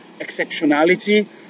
exceptionality